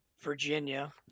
Virginia